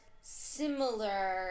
similar